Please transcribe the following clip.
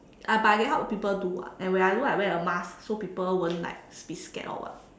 but I need to help people do [what] and when I do I wear a mask so people won't like be scared or what